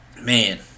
Man